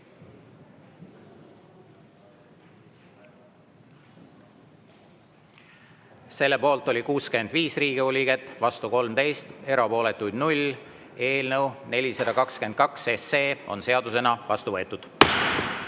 Selle poolt oli 65 Riigikogu liiget, vastu 13, erapooletuid 0. Eelnõu 422 on seadusena vastu võetud.